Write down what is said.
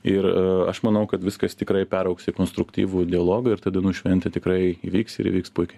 ir aš manau kad viskas tikrai peraugs į konstruktyvų dialogą ir tada nu šventė tikrai įvyks ir įvyks puikiai